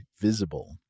visible